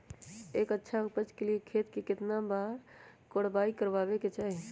एक अच्छा उपज के लिए खेत के केतना बार कओराई करबआबे के चाहि?